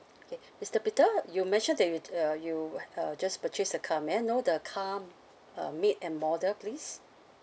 okay mister peter you mentioned that you uh you uh just purchased a car may I know the car uh made and model please